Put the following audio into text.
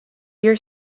your